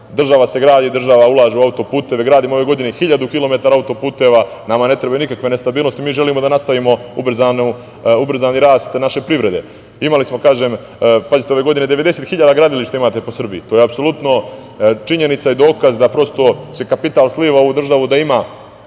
država se gradi, država ulaže u autoputeve. Gradimo ove godine hiljadu kilometara autoputeva. Nama ne trebaju nikakve nestabilnosti, mi želimo da nastavimo ubrzan rast naše privrede. Imali smo, kažem, pazite, ove godine 90.000 gradilišta imate po Srbiji, to je apsolutno činjenica i dokaz da prosto se kapital sliva u državu da ima